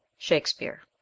shakespeare.